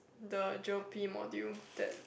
the Geo P module that